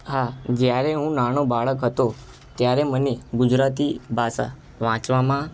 હા જ્યારે હું નાનો બાળક હતો ત્યારે મને ગુજરાતી ભાષા વાંચવામાં